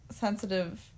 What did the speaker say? sensitive